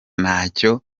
ntacyo